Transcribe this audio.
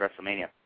WrestleMania